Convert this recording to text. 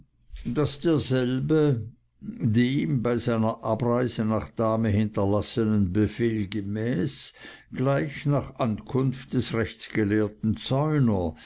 daß derselbe dem bei seiner abreise nach dahme hinterlassenen befehl gemäß gleich nach ankunft des rechtsgelehrten